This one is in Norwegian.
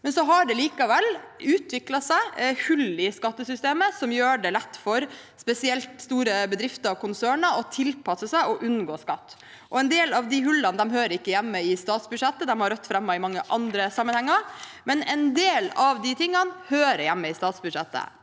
Det har likevel utviklet seg hull i skattesystemet som gjør det lett, spesielt for store bedrifter og konserner, å tilpasse seg og unngå skatt. En del av de hullene hører ikke hjemme i statsbudsjettet, og disse har Rødt fremmet i mange andre sammenhenger, men en del av de tingene hører hjemme i statsbudsjettet.